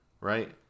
right